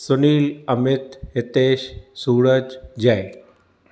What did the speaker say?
Sunil Amit Hitesh Suraj Jay